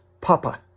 Papa